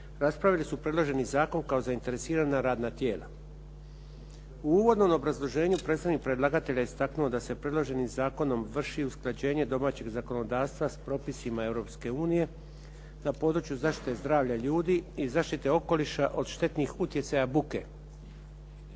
raspravili su predloženi zakon kao zainteresirana radna tijela. U uvodnom obrazloženju predstavnik predlagatelja je istaknuo da se predloženim zakonom vrši usklađenje domaćeg zakonodavstva s propisima Europske unije na području zaštite zdravlja ljudi i zaštite okoliša od štetnih utjecaja buke.